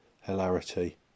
hilarity